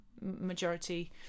majority